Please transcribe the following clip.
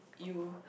you